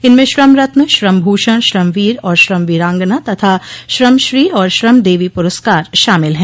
इनमें श्रम रत्न श्रम भूषण श्रम वीर और श्रम वीरांगना तथा श्रमश्री और श्रम देवी पुरस्कार शामिल हैं